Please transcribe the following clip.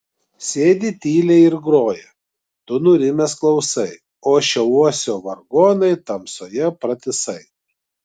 sėdi tyliai ir groja tu nurimęs klausai ošia uosio vargonai tamsoje pratisai